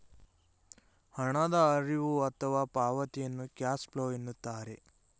ಹಣದ ಹರಿವು ಅಥವಾ ಪಾವತಿಯನ್ನು ಕ್ಯಾಶ್ ಫ್ಲೋ ಎನ್ನುತ್ತಾರೆ